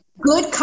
Good